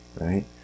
right